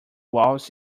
walls